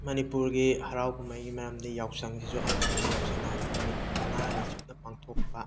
ꯃꯅꯤꯄꯨꯔꯒꯤ ꯍꯔꯥꯎ ꯀꯨꯝꯍꯩꯒꯤ ꯃꯔꯝꯗ ꯌꯥꯎꯁꯪꯁꯤꯁꯨ ꯑꯃꯅꯤ ꯌꯥꯎꯁꯪ ꯍꯥꯏꯕꯁꯤ ꯅꯨꯃꯤꯠ ꯃꯉꯥꯅꯤ ꯆꯨꯞꯅ ꯄꯥꯡꯊꯣꯛꯄ